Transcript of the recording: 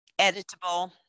editable